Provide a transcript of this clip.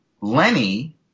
Lenny